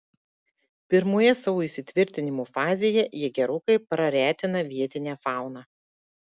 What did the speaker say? pirmoje savo įsitvirtinimo fazėje jie gerokai praretina vietinę fauną